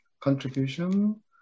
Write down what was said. contribution